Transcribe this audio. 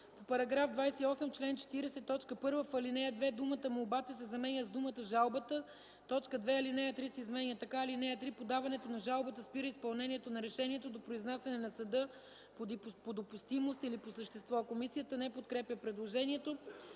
Георгиев – в чл.40: 1. В ал. 2 думата "молбата" се заменя с думата "жалбата" ; 2. Алинея 3 се изменя така: „(3) Подаването на жалбата спира изпълнението на решението до произнасяне на съда по допустимост или по същество.” Комисията не подкрепя предложението.